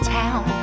town